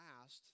last